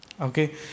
Okay